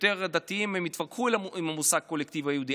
יותר דתיים יתווכחו על המושג "הקולקטיב היהודי",